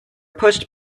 pushed